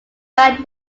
band